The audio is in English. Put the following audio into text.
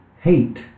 hate